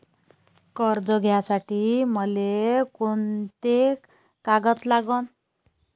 कर्ज घ्यासाठी मले कोंते कागद लागन?